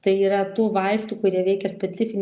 tai yra tų vaistų kurie veikia specifinį